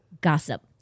gossip